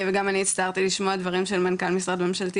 וגם אני הצטערתי לשמוע דברים של מנכ"ל משרד ממשלתי,